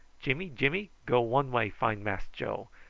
jimmy-jimmy, go one way find mass joe.